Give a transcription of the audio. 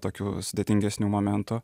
tokių sudėtingesnių momentų